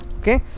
Okay